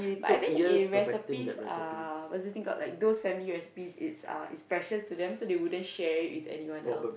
but I think if recipes are what's this thing called like those family recipes it's uh it's precious to them so they wouldn't share it with anyone else